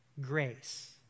Grace